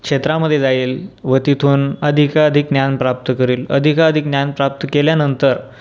क्षेत्रामध्ये जाईल व तिथून अधिकाधिक ज्ञान प्राप्त करील अधिकाधिक ज्ञान प्राप्त केल्यानंतर